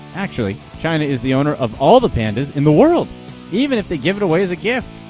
actually, china is the owner of all the pandas in the world even if they give it away as a gift!